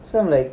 so I'm like